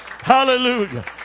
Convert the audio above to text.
hallelujah